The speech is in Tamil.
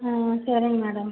ம் சேரிங்க மேடம்